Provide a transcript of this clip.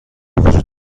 وجود